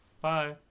Bye